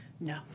No